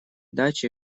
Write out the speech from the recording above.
дачи